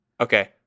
okay